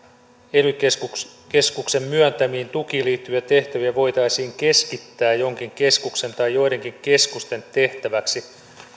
ely keskuksen keskuksen myöntämiin tukiin liittyviä tehtäviä voitaisiin keskittää jonkin keskuksen tai joidenkin keskusten tehtäväksi